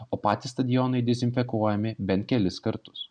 o patys stadionai dezinfekuojami bent kelis kartus